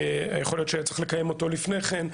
יכול להיות שהיה צריך לקיים אותו לפני כן,